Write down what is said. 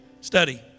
study